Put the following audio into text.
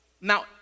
now